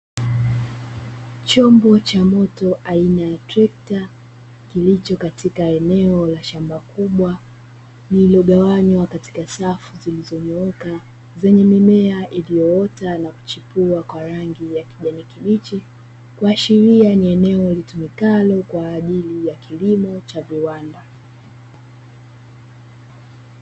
Chombo cha moto aina ya trekta kilicho katika eneo la shamba kubwa lililogawanywa katika safu zilizonyooka, zenye mimea iliyoota na kuchipua kwa rangi ya kijani kibichi, kuashiria ni eneo litumikalo kwa ajili ya kilimo cha viwanda.